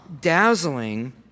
dazzling